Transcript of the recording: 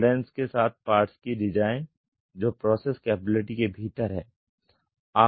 tolerances के साथ parts की डिजाइन जो प्रोसेस कैपेबिलिटी के भीतर हैं